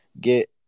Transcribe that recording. get